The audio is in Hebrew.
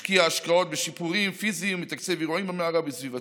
משקיע השקעות בשיפורים פיזיים ומתקצב אירועים במערה ובסביבתה.